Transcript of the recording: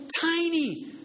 tiny